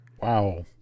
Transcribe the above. Wow